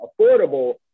affordable